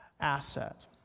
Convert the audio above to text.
asset